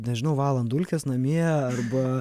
nežinau valant dulkes namie arba